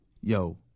yo